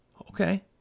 Okay